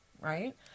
right